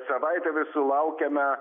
savaitę vis sulaukiame